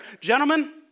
Gentlemen